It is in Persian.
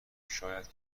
شاید